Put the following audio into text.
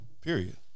Period